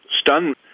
stunned